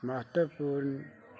ਮਹੱਤਵਪੂਰਨ